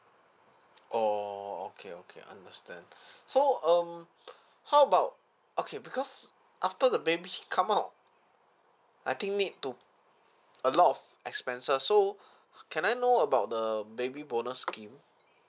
orh okay okay understand so um how about okay because after the baby come out I think need to a lot of expenses so can I know about the baby bonus scheme